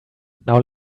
now